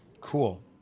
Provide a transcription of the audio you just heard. Cool